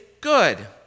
good